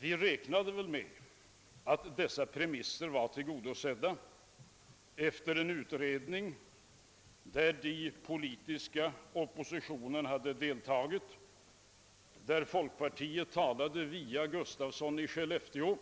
Vi räknade väl med att dessa premisser var tillgodosedda efter en utredning i vilken den politiska oppositionen deltagit. Folkpartiets talesman var herr Gustafsson i Skellefteå,